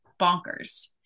bonkers